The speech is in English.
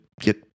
get